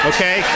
Okay